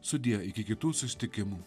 sudie iki kitų susitikimų